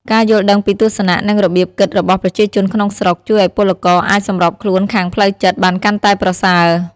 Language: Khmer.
ការយល់ដឹងពីទស្សនៈ និងរបៀបគិតរបស់ប្រជាជនក្នុងស្រុក ជួយឱ្យពលករអាចសម្របខ្លួនខាងផ្លូវចិត្តបានកាន់តែប្រសើរ។